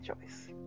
choice